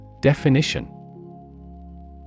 Definition